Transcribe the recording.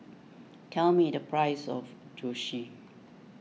tell me the price of Zosui